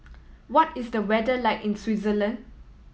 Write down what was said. what is the weather like in Switzerland